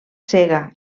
cega